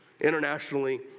internationally